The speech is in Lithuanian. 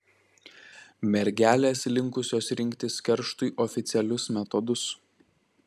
mergelės linkusios rinktis kerštui oficialius metodus